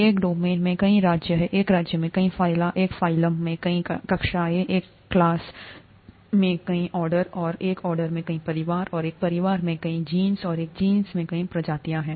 एक डोमेन में कई राज्य हैं एक राज्य में कई फ़ाइला हैं एक फ़ाइलम में कई कक्षाएं हैं एक क्लास में कई ऑर्डर हैं और एक ऑर्डर में कई परिवार हैं और एक परिवार में कई जीनस और एक जीनस में कई प्रजातियां हैं